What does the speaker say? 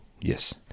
Yes